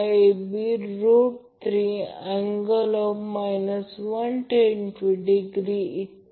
म्हणून आपण Van VL√ 3 angle 30° लिहू शकतो